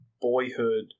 boyhood